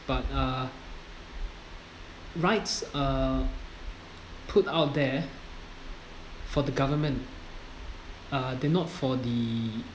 but uh rights uh put out there for the government uh they are not for the